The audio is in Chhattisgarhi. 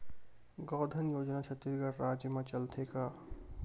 गौधन योजना छत्तीसगढ़ राज्य मा चलथे का?